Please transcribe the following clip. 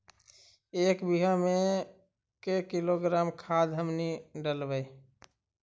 एक बीघा मे के किलोग्राम खाद हमनि डालबाय?